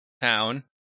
Town